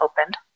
opened